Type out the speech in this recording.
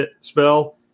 spell